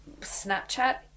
Snapchat